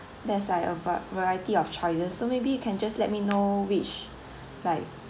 there's like a var~ variety of choices so maybe you can just let me know which like